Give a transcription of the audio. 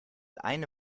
eine